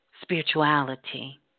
spirituality